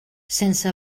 sense